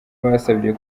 basabye